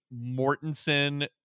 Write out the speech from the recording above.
Mortensen